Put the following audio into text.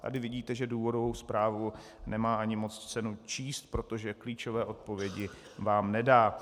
Tady vidíte, že důvodovou zprávu nemá ani moc cenu číst, protože klíčové odpovědi vám nedá.